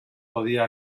podía